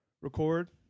record